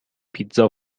پیتزا